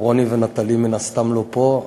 רוני ונטלי מן הסתם לא פה,